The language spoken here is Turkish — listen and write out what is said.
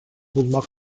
bulmak